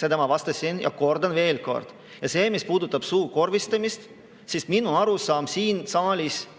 Seda ma vastasin ja kordan veel kord. Mis puudutab suukorvistamist, siis minu arusaam kultuurist,